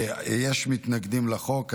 יש מתנגדים לחוק.